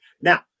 Now